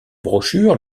brochure